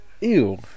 Ew